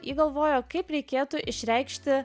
ji galvojo kaip reikėtų išreikšti